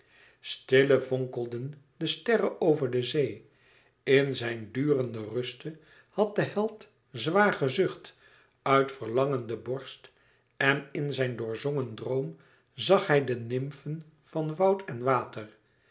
stille vonkelden de sterren over de zee in zijn durende ruste had de held zwaar gezucht uit verlangende borst en in zijn doorzongen droom zag hij de nymfen van woud en van water